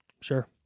Sure